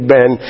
Ben